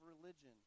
religion